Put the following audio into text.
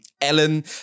Ellen